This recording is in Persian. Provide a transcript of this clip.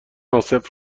عاصف